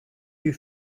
you